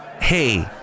hey